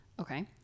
okay